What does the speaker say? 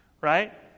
right